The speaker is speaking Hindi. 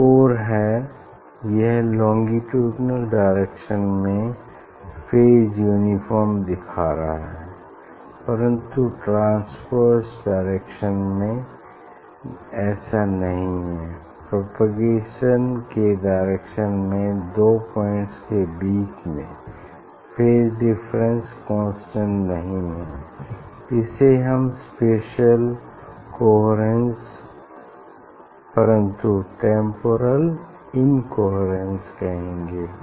एक और है यह लोंगीट्यूडिनल डायरेक्शन में फेज यूनिफार्म दिखा रहा है परन्तु ट्रांस्वर्स डायरेक्शन ये ऐसे नहीं हैं प्रोपोगेशन के डायरेक्शन में दो पॉइंट्स के बीच में फेज डिफरेंस कांस्टेंट नहीं है इसे हम स्पेसिअल कोहेरेन्स परन्तु टेम्पोरल इनकोहेरेंट कहेंगे